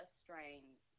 strains